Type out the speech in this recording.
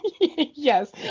Yes